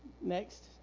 Next